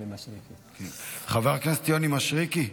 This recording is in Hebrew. חבר הכנסת יוני מישרקי,